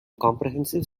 comprehensive